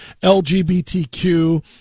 LGBTQ